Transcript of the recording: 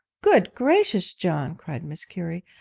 good gracious, john cried mrs. currie,